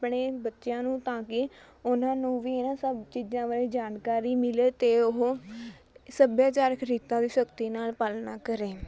ਆਪਣੇ ਬੱਚਿਆਂ ਨੂੰ ਤਾਂ ਕਿ ਉਹਨਾਂ ਨੂੰ ਵੀ ਇਨ੍ਹਾਂ ਸਭ ਚੀਜ਼ਾਂ ਬਾਰੇ ਜਾਣਕਾਰੀ ਮਿਲੇ ਅਤੇ ਉਹ ਸੱਭਿਆਚਾਰਕ ਰੀਤਾਂ ਦੀ ਸਖਤੀ ਨਾਲ਼ ਪਾਲਣਾ ਕਰੇ